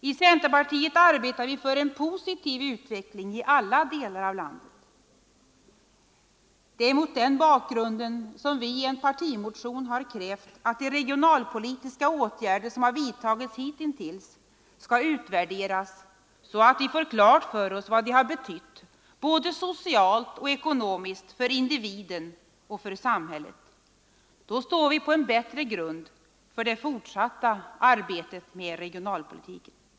I centerpartiet arbetar vi för en positiv utveckling i alla delar av landet. Det är mot den bakgrunden som vi i en partimotion har krävt att de regionalpolitiska åtgärder som har vidtagits hittills skall utvärderas så att vi får klart för oss vad de har betytt både socialt och ekonomiskt för individen och för samhället. Då står vi på en bättre grund för det fortsatta arbetet med regionalpolitiken.